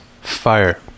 Fire